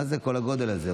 מה זה כל הגודל הזה?